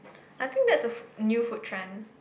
I think that's a food new food trend